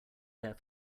there